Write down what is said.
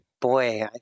boy